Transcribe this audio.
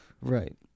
Right